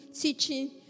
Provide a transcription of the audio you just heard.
teaching